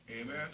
Amen